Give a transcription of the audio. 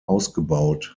ausgebaut